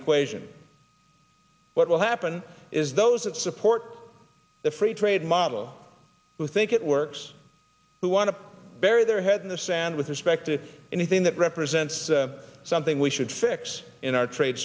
equation what will happen is those that support the free trade model who think it works who want to bury their head in the sand with respect to anything that represents something we should fix in our trade